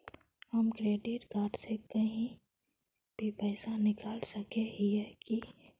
हम credit card से कहीं भी पैसा निकल सके हिये की?